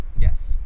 Yes